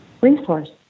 resource